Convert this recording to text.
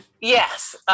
Yes